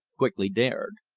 quickly dared.